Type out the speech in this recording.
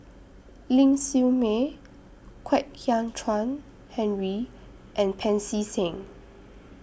Ling Siew May Kwek Hian Chuan Henry and Pancy Seng